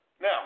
Now